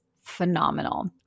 phenomenal